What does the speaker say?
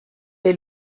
est